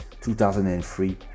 2003